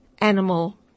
animal